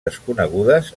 desconegudes